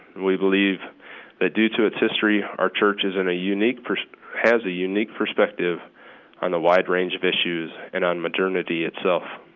we believe that due to its history our church is in a unique has a unique perspective on the wide range of issues and on modernity itself.